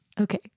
Okay